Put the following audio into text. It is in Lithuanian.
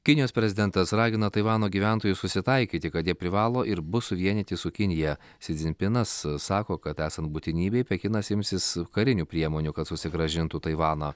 kinijos prezidentas ragina taivano gyventojus susitaikyti kad jie privalo ir bus suvienyti su kinija si zimpinas s sako kad esant būtinybei pekinas imsis karinių priemonių kad susigrąžintų taivaną